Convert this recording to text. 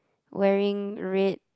wearing red